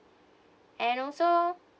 and also